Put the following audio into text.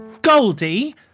Goldie